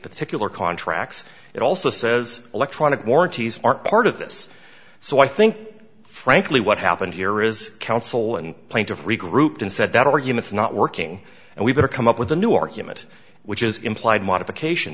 particular contracts it also says electronic warranties are part of this so i think frankly what happened here is counsel and plaintiff regrouped and said that argument is not working and we better come up with a new argument which is implied modification